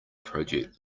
project